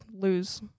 lose